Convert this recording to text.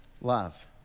love